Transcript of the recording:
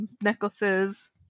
necklaces